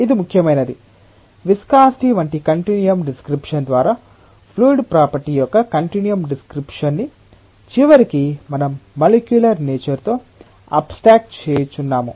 ఇది ముక్యమైనది విస్కాసిటి వంటి కంటిన్యూయం డిస్క్రిప్షన్ ద్వారా ఫ్లూయిడ్ ప్రాపర్టీ యొక్క కంటిన్యూయం డిస్క్రిప్షన్ ని చివరికి మనం మాలిక్యూలర్ నేచర్ తో అబ్స్ట్రాక్ట్ చేయుచున్నాము